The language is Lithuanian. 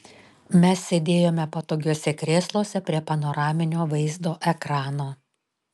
mes sėdėjome patogiuose krėsluose prie panoraminio vaizdo ekrano